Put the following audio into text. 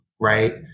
right